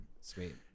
Sweet